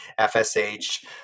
fsh